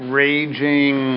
raging